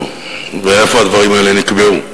ואיפה הדברים האלה נקבעו?